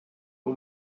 but